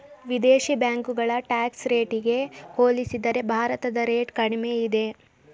ವಿದೇಶಿ ಬ್ಯಾಂಕುಗಳ ಟ್ಯಾಕ್ಸ್ ರೇಟಿಗೆ ಹೋಲಿಸಿದರೆ ಭಾರತದ ರೇಟ್ ಕಡಿಮೆ ಇದೆ